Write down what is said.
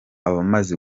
abamaze